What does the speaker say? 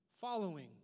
following